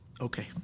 Okay